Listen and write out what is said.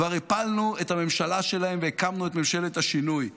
כבר הפלנו את הממשלה שלהם והקמנו את ממשלת השינוי.